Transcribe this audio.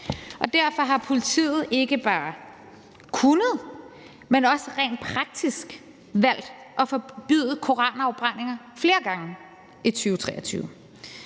derfor har politiet ikke bare kunnet vælge, men har også rent praktisk valgt at forbyde koranafbrændinger flere gange i 2023.